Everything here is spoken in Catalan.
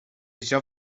això